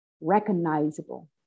recognizable